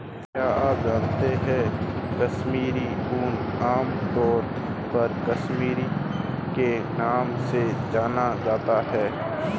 क्या आप जानते है कश्मीरी ऊन, आमतौर पर कश्मीरी के नाम से जाना जाता है?